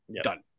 done